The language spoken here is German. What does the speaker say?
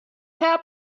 herr